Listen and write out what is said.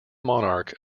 monarch